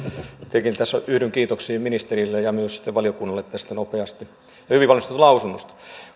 tietenkin yhdyn tässä kiitoksiin ministerille ja myös sitten valiokunnalle tästä nopeasti ja hyvin valmistellusta lausunnosta